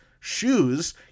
shoes